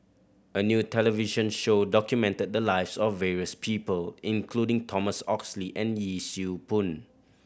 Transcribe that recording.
a new television show documented the lives of various people including Thomas Oxley and Yee Siew Pun